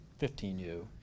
15U